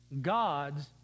Gods